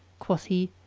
quoth he,